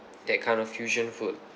that kind of fusion food